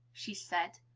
she said.